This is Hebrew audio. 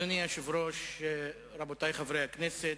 אדוני היושב-ראש, רבותי חברי הכנסת,